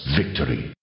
victory